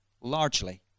largely